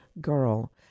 girl